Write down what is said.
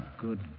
Good